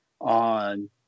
on